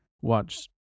watch